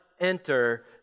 enter